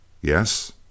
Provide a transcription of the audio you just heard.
Yes